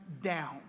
down